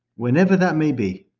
whenever that may be.